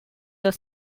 the